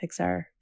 Pixar